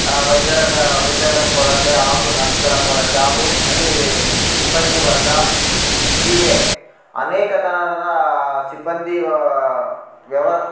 ಆ ವೈದ್ಯರ ಆ ವೈದ್ಯರ ಕೊರತೆ ಹಾಗು ನರ್ಸ್ಗಳ ಕೊರತೆ ಹಾಗು ಅಲ್ಲಿ ಸಿಬ್ಬಂದಿ ವರ್ಗ ಹೀಗೆ ಅನೇಕ ತನ್ ದಾ ಸಿಬ್ಬಂದಿ ವ್ಯವ